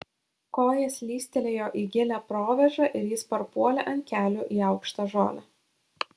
koja slystelėjo į gilią provėžą ir jis parpuolė ant kelių į aukštą žolę